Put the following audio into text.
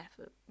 effort